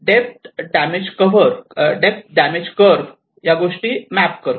depth damage कव्ह या गोष्टी मॅप करतो